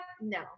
no